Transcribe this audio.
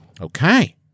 Okay